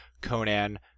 Conan